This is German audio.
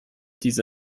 diese